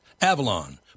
Avalon